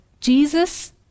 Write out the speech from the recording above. Jesus